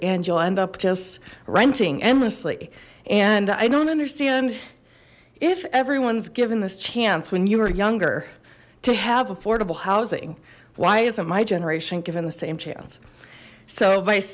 and you'll end up just renting endlessly and i don't understand if everyone's given this chance when you were younger to have affordable housing why isn't my generation given the same chance so